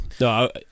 No